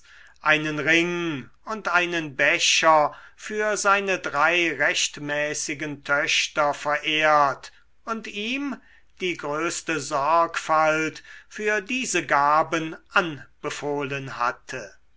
einen ring und einen becher für seine drei rechtmäßigen töchter verehrt und ihm die größte sorgfalt für diese gaben anbefohlen hatte